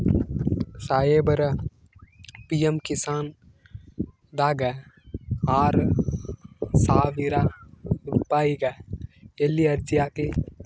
ಸಾಹೇಬರ, ಪಿ.ಎಮ್ ಕಿಸಾನ್ ದಾಗ ಆರಸಾವಿರ ರುಪಾಯಿಗ ಎಲ್ಲಿ ಅರ್ಜಿ ಹಾಕ್ಲಿ?